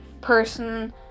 person